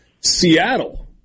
Seattle